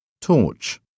Torch